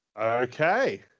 Okay